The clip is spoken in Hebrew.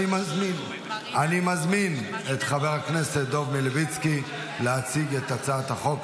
אני מזמין את חבר הכנסת דב מלביצקי להציג את הצעת החוק.